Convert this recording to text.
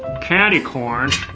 candy corn?